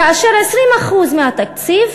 כאשר 20% מהתקציב,